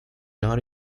not